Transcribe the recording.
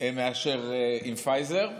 מאשר עם פייזר.